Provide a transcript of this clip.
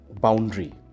boundary